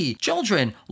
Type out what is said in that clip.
children